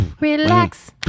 Relax